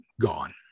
gone